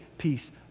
peace